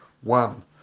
One